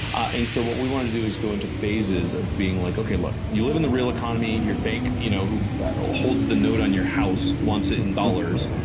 and so what we wanted to do was go into phases of being like, okay look. you live in the real economy. your bank you know who holds the note on your house wants it in dollars.